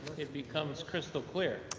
it becomes crystal clear.